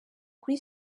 kuri